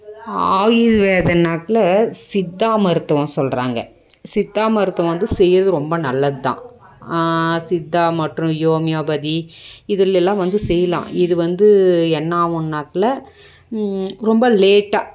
ஆயுள்வேதனாக்ல சித்தா மருத்துவம் சொல்கிறாங்க சித்தா மருத்துவம் வந்து செய்கிறது ரொம்ப நல்லது தான் சித்தா மற்றும் யோமியோபதி இதில் எல்லாம் வந்து செய்யலாம் இது வந்து என்ன ஆகுன்னாக்ல ரொம்ப லேட்டா